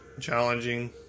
challenging